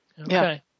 Okay